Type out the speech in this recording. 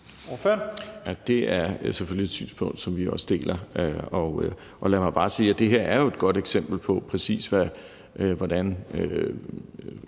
Det er selvfølgelig et synspunkt, som vi også deler. Og lad mig bare sige, at det her er jo et godt eksempel på, præcis hvordan